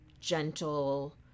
gentle